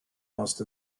most